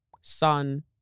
sun